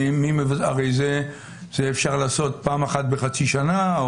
הרי את זה אפשר לעשות פעם אחת בחצי שנה,